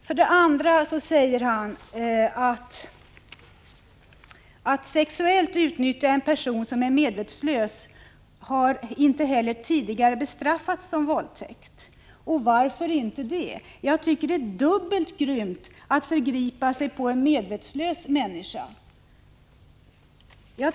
För det andra säger justitieministern: ”Att sexuellt utnyttja en person som är medvetslös har inte heller tidigare bestraffats som våldtäkt ——-.” Vad beror detta på? Det är ju dubbelt så grymt när någon förgriper sig på en medvetslös människa.